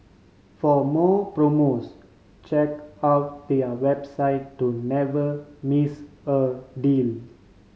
for more promos check out their website to never miss a deal